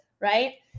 right